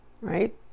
right